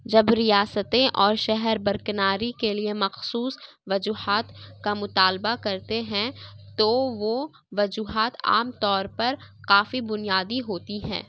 جب ریاستیں اور شہر برکناری کے لیے مخصوص وجوہات کا مطالبہ کرتے ہیں تو وہ وجوہات عام طور پر کافی بنیادی ہوتی ہیں